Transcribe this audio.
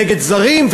ונגד זרים,